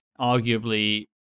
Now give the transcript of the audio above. Arguably